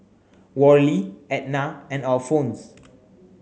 Worley Ednah and Alphonse